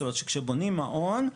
זאת אומרת שבונים מעון,